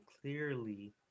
clearly